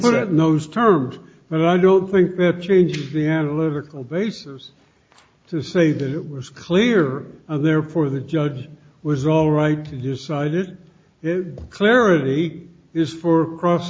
put it in those terms but i don't think that changes the analytical basis to say that it was clear there for the judge was all right to side it is clarity is for cross